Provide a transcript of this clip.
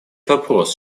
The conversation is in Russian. вопрос